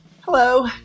Hello